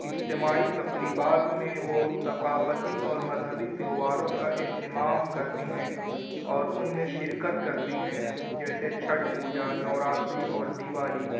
اجتماعی تقریبات میں وہ ثقافتی اور مذہبی تہواروں کا اہتمام کرتے ہیں اور ان میں شرکت کرتے ہیں جیسے چھٹھ پوجا نوراتری اور دیوالی